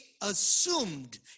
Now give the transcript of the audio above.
assumed